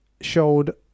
showed